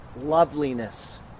loveliness